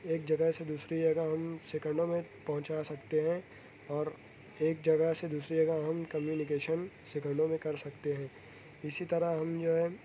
ایک جگہ سے دوسری جگہ ہم سیکنڈوں میں پہنچا سکتے ہیں اور ایک جگہ سے دوسری جگہ ہم کمیونیکیشن سکنڈوں میں کر سکتے ہیں اسی طرح ہم جو ہے